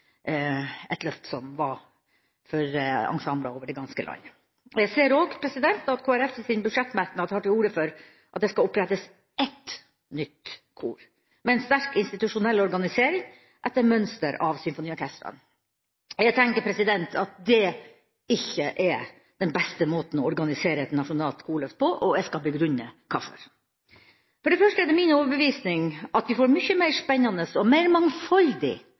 et løft som var for ensembler over det ganske land. Jeg ser også at Kristelig Folkeparti i sin budsjettmerknad tar til orde for at det skal opprettes ett nytt kor, med en sterk institusjonell organisering etter mønster av symfoniorkestrene. Jeg tenker at det ikke er den beste måten å organisere et nasjonalt korløft på, og jeg skal begrunne hvorfor. For det første er det min overbevisning at vi får mye mer spennende og mer mangfoldig